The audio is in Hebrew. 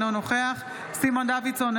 אינו נוכח סימון דוידסון,